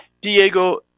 Diego